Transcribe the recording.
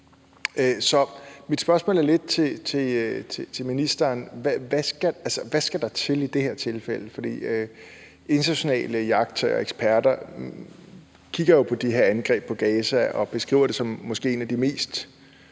mit spørgsmål til ministeren er: Hvad skal der til i det her tilfælde? For internationale iagttagere og eksperter kigger jo på de her angreb på Gaza og beskriver det som måske en af de mest